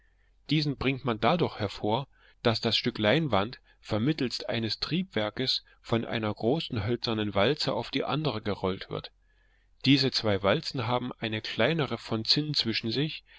diesen bringt man dadurch hervor daß das stück leinwand vermittelst eines treibwerkes von einer großen hölzernen walze auf die andere gerollt wird diese zwei walzen haben eine kleinere von zinn zwischen sich